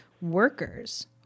workers